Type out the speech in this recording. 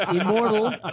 immortal